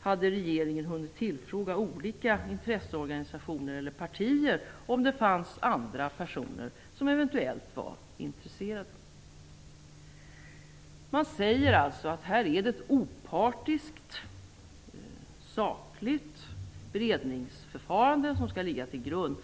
hade regeringen hunnit tillfråga olika intresseorganisationer eller partier om det fanns andra personer som eventuellt var intresserade. Man säger alltså att det är ett opartiskt, sakligt beredningsförfarande som skall ligga till grund.